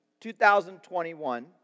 2021